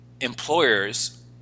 employers